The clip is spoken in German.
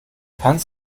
kannst